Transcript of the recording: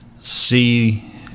see